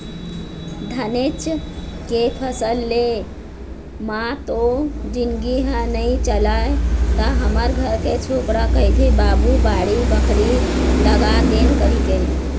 धानेच के फसल ले म तो जिनगी ह नइ चलय त हमर घर के छोकरा कहिथे बाबू बाड़ी बखरी लगातेन कहिके